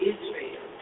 Israel